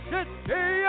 City